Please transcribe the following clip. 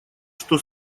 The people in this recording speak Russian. что